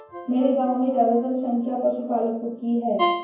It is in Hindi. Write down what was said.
मेरे गांव में ज्यादातर संख्या पशुपालकों की है